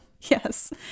Yes